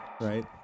Right